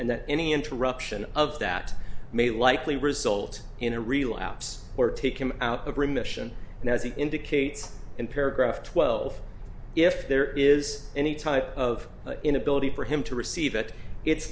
and that any interruption of that may likely result in a relapse or take him out of remission and as he indicates in paragraph twelve if there is any type of inability for him to receive it it's